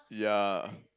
ya